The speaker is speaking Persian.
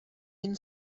این